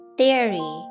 Theory